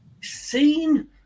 seen